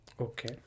Okay